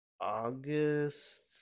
August